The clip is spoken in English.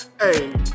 Hey